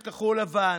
חברי הכנסת של כחול לבן,